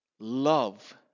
Love